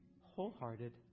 wholehearted